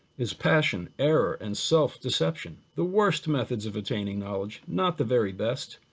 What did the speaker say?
is passion, error, and self-deception. the worst methods of attaining knowledge, not the very best,